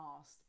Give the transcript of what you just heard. asked